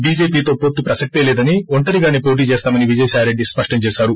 చీజేపీతో పొత్తు ప్రసక్తే లేదని ఒంటరిగానే పొటీచేస్తామని విజయసాయిరెడ్డి స్పష్టం చేశారు